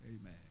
Amen